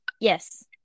Yes